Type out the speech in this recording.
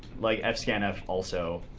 like fscanf, also.